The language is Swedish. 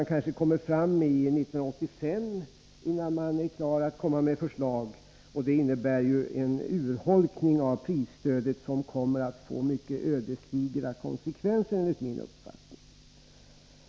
Kanske dröjer det till år 1985 innan man är klar att komma med förslag. Det innebär en urholkning av prisstödet, som kommer att få mycket ödesdigra konsekvenser, enligt min uppfattning.